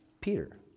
Peter